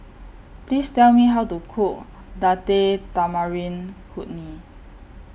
Please Tell Me How to Cook Date Tamarind Chutney